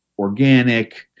organic